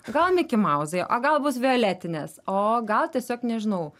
gal mikimauzai o gal bus violetinės o gal tiesiog nežinau